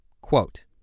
Quote